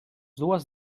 dues